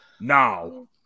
Now